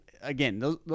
again